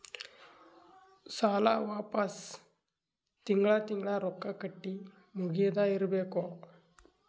ಸಾಲ ವಾಪಸ್ ತಿಂಗಳಾ ತಿಂಗಳಾ ರೊಕ್ಕಾ ಕಟ್ಟಿ ಮುಗಿಯದ ಇರ್ಬೇಕು